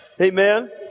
amen